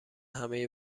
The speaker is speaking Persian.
همهی